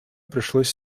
пришлось